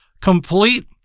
complete